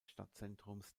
stadtzentrums